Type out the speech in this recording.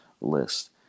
list